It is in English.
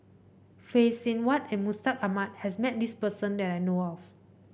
Phay Seng Whatt and Mustaq Ahmad has met this person that I know of